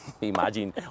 imagine